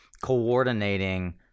coordinating